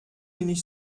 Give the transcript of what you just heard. wenig